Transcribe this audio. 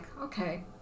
okay